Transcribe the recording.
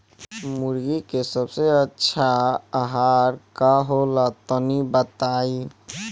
मुर्गी के सबसे अच्छा आहार का होला तनी बताई?